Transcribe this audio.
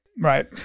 Right